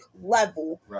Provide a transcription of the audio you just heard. level